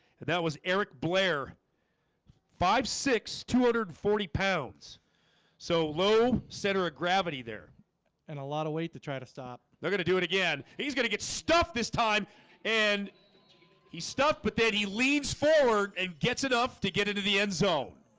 and that was eric blair five six two hundred and forty pounds so low center of ah gravity there and a lot of weight to try to stop they're gonna do it again he's gonna get stuff this time and he stuffed but then he leaves forward and gets enough to get into the end zone